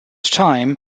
time